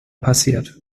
passiert